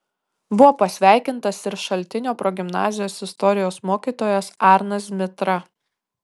buvo pasveikintas ir šaltinio progimnazijos istorijos mokytojas arnas zmitra